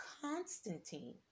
Constantine